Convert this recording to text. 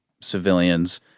Civilians